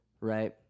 Right